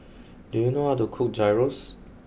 do you know how to cook Gyros